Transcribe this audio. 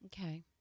Okay